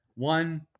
One